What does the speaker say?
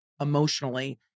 emotionally